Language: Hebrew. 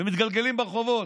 ומתגלגלים ברחובות,